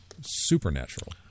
supernatural